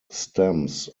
stems